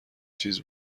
چیز